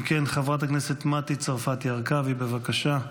אם כן, חברת הכנסת מתי צרפתי הרכבי, בבקשה.